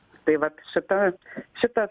tai vat šita šitas